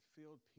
filled